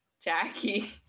Jackie